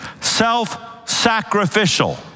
self-sacrificial